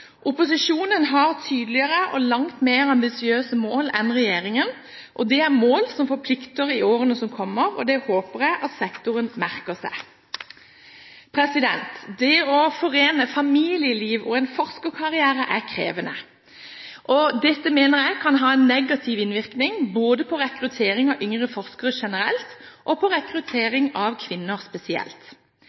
Opposisjonen har tydeligere og langt mer ambisiøse mål enn regjeringen. Det er mål som forplikter i årene som kommer. Det håper jeg at sektoren merker seg. Det å forene familieliv og en forskerkarriere er krevende. Dette mener jeg kan ha negativ innvirkning både på rekruttering av yngre forskere generelt og på rekruttering av kvinner spesielt.